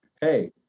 hey